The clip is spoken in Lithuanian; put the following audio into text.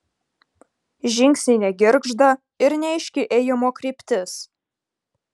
žingsniai negirgžda ir neaiški ėjimo kryptis